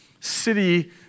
city